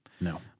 No